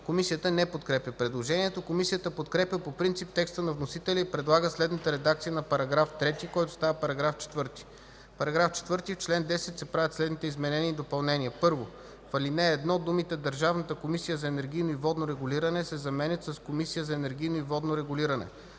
Комисията не подкрепя предложението. Комисията подкрепя по принцип текста на вносителя и предлага следната редакция на § 3, който става § 4: „§ 4. В чл. 10 се правят следните изменения и допълнения: 1. В ал. 1 думите „Държавната комисия за енергийно и водно регулиране” се заменят с „Комисия за енергийно и водно регулиране”.